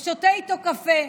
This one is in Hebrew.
ושותה איתו קפה.